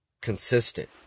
consistent